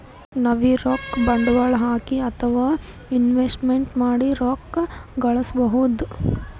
ನಾವ್ಬೀ ರೊಕ್ಕ ಬಂಡ್ವಾಳ್ ಹಾಕಿ ಅಥವಾ ಇನ್ವೆಸ್ಟ್ಮೆಂಟ್ ಮಾಡಿ ರೊಕ್ಕ ಘಳಸ್ಕೊಬಹುದ್